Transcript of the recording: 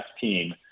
team